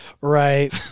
right